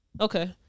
Okay